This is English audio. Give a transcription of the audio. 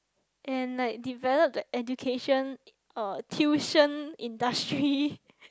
and like developed that education uh tuition industry